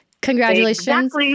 congratulations